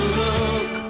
look